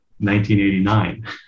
1989